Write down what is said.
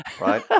right